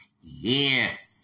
Yes